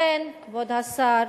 כבוד השר,